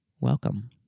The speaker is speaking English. welcome